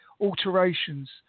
alterations